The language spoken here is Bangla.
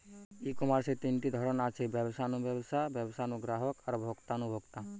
ই কমার্সের তিনটা প্রধান ধরন আছে, ব্যবসা নু ব্যবসা, ব্যবসা নু গ্রাহক আর ভোক্তা নু ভোক্তা